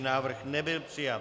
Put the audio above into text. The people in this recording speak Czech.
Návrh nebyl přijat.